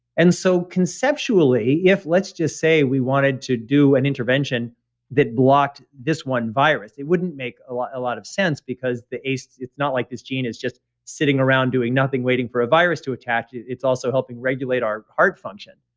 and so conceptually, if let's just say we wanted to do an intervention that blocked this one virus, it wouldn't make a lot a lot of sense because the ace. it's not like this gene is just sitting around doing nothing waiting for a virus to attack it. it's also helping regulate our heart function.